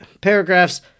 Paragraphs